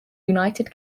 united